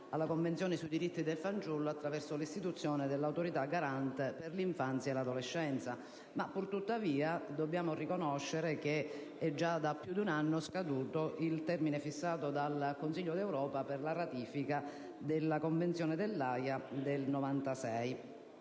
alla Convenzione sui diritti del fanciullo attraverso l'istituzione dell'Autorità garante per l'infanzia e l'adolescenza. Purtuttavia dobbiamo riconoscere che da più di un anno è scaduto il termine fissato dal Consiglio dell'Unione europea per la ratifica della Convenzione dell'Aja del 1996.